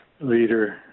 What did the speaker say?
leader